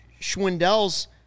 Schwindel's